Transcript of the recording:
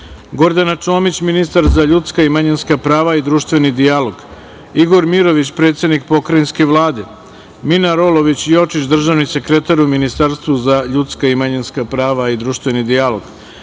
Gordana Čomić, ministar za ljudska i manjinska prava i društveni dijalog, Igor Mirović, predsednika pokrajinske Vlade, Mina Rolović Jočić, državni sekretar u Ministarstvu za ljudska i manjinska prava i društveni dijalog,